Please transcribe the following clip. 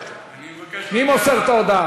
אני מבקש להודיע, מי מוסר את ההודעה?